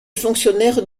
fonctionnaire